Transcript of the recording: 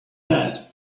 bed